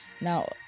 Now